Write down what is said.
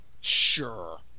Sure